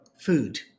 food